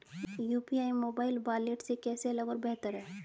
UPI mobile wallet से कैसे अलग और बेहतर है?